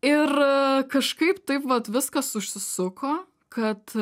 ir kažkaip taip vat viskas užsisuko kad